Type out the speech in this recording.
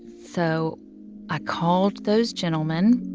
so i called those gentlemen,